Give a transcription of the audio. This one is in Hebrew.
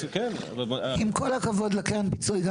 עם כול הכבוד לקרן הפיצוי,